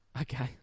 okay